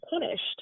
punished